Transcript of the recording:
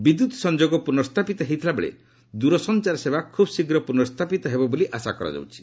ବିଦ୍ୟୁତ୍ ସଂଯୋଗ ପୁନର୍ସ୍ଥାପିତ ହୋଇଥିଲାବେଳେ ଦୂରସଞ୍ଚାର ସେବା ଖୁବ୍ ଶୀଘ୍ର ପୁନର୍ସ୍ଛାପିତ ହେବ ବୋଲି ଆଶା କରାଯାଉଛି